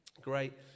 Great